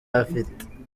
afite